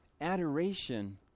Adoration